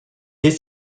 est